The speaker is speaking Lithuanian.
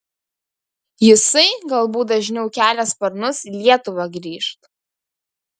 jisai galbūt dažniau kelia sparnus į lietuvą grįžt